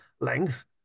length